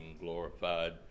glorified